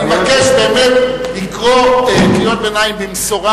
אני מבקש לקרוא קריאות ביניים במשורה,